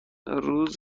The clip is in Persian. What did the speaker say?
افزونش